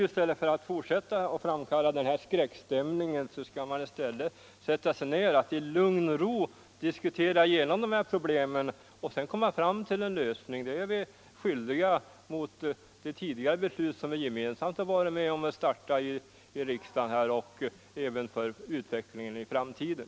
I stället för att fortsätta med att framkalla en skräckstämning skall vi sätta oss ner och i lugn och ro diskutera igenom problemen för att på det sättet komma fram till en lösning. Det är vi skyldiga med hänsyn både till det beslut som vi tidigare gemensamt har fattat här i riksdagen och till utvecklingen i framtiden.